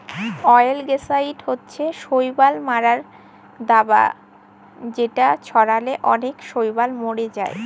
অয়েলগেসাইড হচ্ছে শৈবাল মারার দাবা যেটা ছড়ালে অনেক শৈবাল মরে যায়